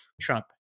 Trump